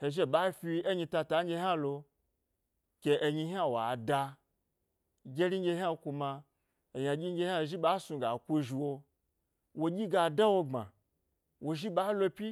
he zhi he ɓa fi enyi tata hna lo, ke enyi hna wa da gyeri nɗye kuma ynaɗye nɗye hna, azhi ɓa snu ga ku zhu wo, wo ɗyi ga dawo gbma. Wozhi ɓa lo pyi